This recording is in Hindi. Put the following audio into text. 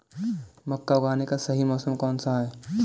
मक्का उगाने का सही मौसम कौनसा है?